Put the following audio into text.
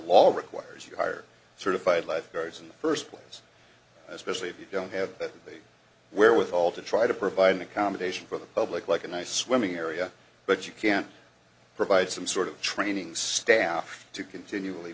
law requires you hire certified lifeguards in the first place especially if you don't have the wherewithal to try to provide accommodation for the public like a nice swimming area but you can't provide some sort of training staff to continually